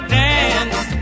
dance